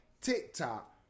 TikTok